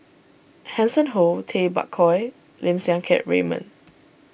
Hanson Ho Tay Bak Koi Lim Siang Keat Raymond